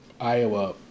Iowa